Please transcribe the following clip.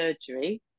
surgery